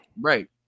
right